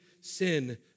sin